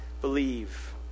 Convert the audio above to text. believe